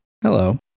Hello